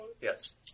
Yes